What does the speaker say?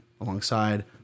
alongside